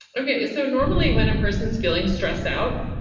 okay, so normally when a person's feeling stressed out,